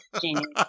Genius